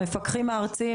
המפקחים הארציים,